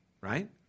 right